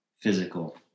physical